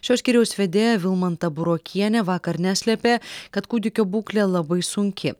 šio skyriaus vedėja vilmanta burokienė vakar neslėpė kad kūdikio būklė labai sunki